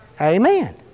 Amen